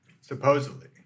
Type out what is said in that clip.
Supposedly